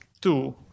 two